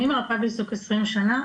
אני מרפאה בעיסוק 20 שנה.